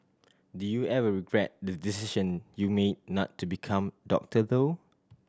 do you ever regret the decision you made not to become doctor though